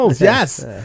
yes